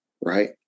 right